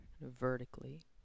vertically